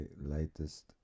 latest